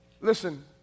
Listen